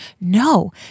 No